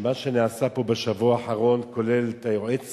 שמה שנעשה פה בשבוע האחרון, כולל את היועץ